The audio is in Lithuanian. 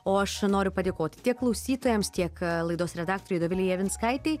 o aš noriu padėkoti tiek klausytojams tiek laidos redaktorei dovilei javinskaitei